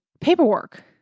paperwork